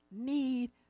need